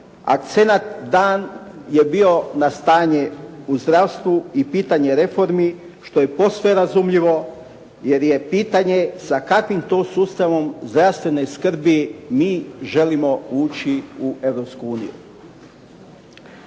acenat dan je bio na stanje u zdravstvu i pitanje reformi, što je posve razumljivo jer je pitanje sa kakvim to sustavom zdravstvene skrbi mi želimo ući u